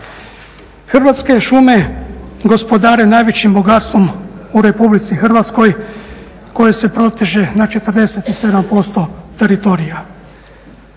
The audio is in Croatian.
Hrvatske šume gospodare najvećim bogatstvo u Republici Hrvatskoj koje se proteže na 47% teritorija.